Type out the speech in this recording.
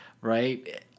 Right